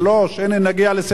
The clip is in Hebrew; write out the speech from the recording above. הנה נגיע לספטמבר,